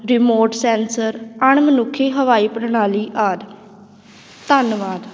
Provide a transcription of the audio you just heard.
remote sensor ਅਣਮਨੁੱਖੀ ਹਵਾਈ ਪ੍ਰਣਾਲੀ ਆਦਿ ਧੰਨਵਾਦ